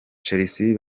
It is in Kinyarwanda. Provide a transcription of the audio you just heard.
chelsea